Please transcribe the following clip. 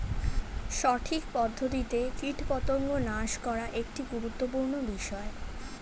সঠিক পদ্ধতিতে কীটপতঙ্গ নাশ করা একটি গুরুত্বপূর্ণ বিষয়